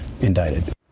indicted